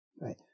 right